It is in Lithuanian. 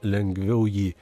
lengviau jį